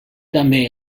també